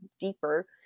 deeper